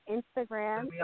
Instagram